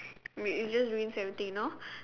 ruin it just ruins everything you know